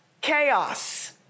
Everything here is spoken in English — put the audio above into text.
chaos